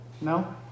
No